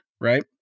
Right